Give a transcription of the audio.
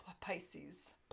Pisces